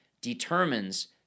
determines